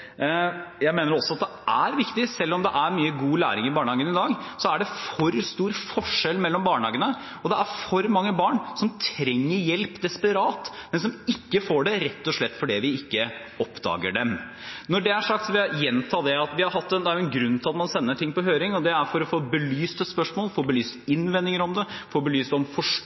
Jeg mener også at dette er viktig: Selv om det er mye god læring i barnehagen i dag, er det for stor forskjell mellom barnehagene, og det er for mange barn som desperat trenger hjelp, men som ikke får det, rett og slett fordi vi ikke oppdager dem. Når det er sagt, vil jeg gjenta at det jo er en grunn til at man sender ting på høring. Det er for å få belyst et spørsmål, få belyst